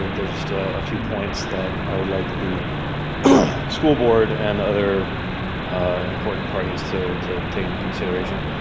there's just a few points that i would like the school board and other important parties to to take into consideration.